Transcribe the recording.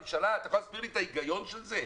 אתה יודע מה ההבדל ביני לבין ח"כ שיושב פה?